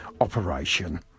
operation